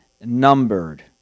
numbered